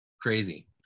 crazy